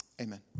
Amen